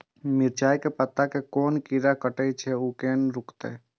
मिरचाय के पत्ता के कोन कीरा कटे छे ऊ केना रुकते?